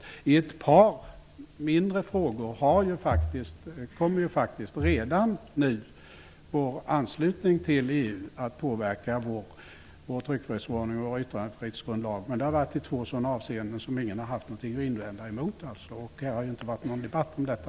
När det gäller en par mindre frågor kommer redan nu vår tryckfrihetsförordning och yttrandefrihetsgrundlag att påverkas genom vår anslutning till EU. Men i dessa två avseenden har ingen haft någonting att invända. Det har ju inte heller förts någon debatt om detta.